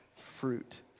fruit